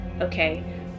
Okay